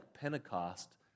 Pentecost